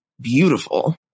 beautiful